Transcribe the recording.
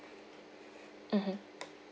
mmhmm